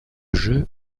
jeu